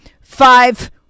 five